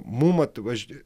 mum atvaž